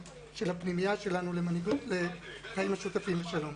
של הפנימייה שלנו לחיים משותפים לשלום.